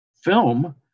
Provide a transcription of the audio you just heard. film